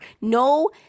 No